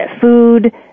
food